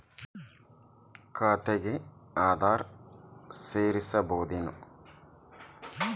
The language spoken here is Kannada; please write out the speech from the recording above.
ಖಾತೆಗೆ ಆಧಾರ್ ಸೇರಿಸಬಹುದೇನೂ?